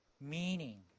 meaning